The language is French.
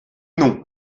non